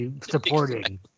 supporting